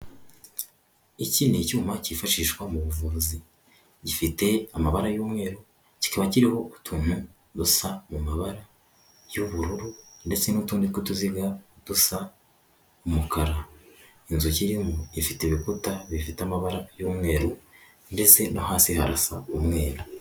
Iki ni cyuma kifashishwa mu buvuzi; gifite amabara y'umweru kiba kiraho utuntu dusa mu mabara y'ubururu, ndetse n'utundi tw'utuziga dusa umukara. Inzu kirimo ifite ibikuta bifite amabara y'umweru ndetse no hasi harasa umweru.